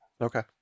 Okay